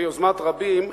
ביוזמת רבים,